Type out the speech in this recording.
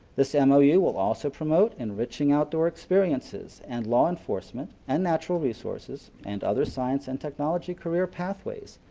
this ah mou will also promote enriching outdoor experiences and law enforcement and natural resources and other science and technology career pathways.